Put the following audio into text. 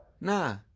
Nah